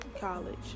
college